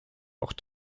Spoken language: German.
auch